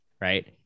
Right